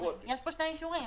יש פה שני אישורים: